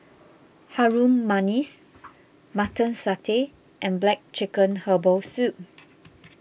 Harum Manis Mutton Satay and Black Chicken Herbal Soup